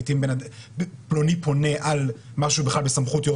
לעתים פלוני פונה על משהו שהוא בכלל בסמכות יו"ר